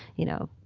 you know,